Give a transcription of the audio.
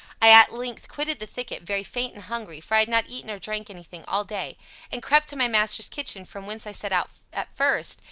i at length quitted the thicket, very faint and hungry, for i had not eaten or drank any thing all the day and crept to my master's kitchen, from whence i set out at first,